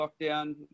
lockdown